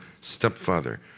stepfather